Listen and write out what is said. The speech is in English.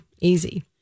Easy